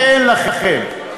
שאין לכם.